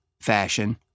fashion